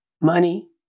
money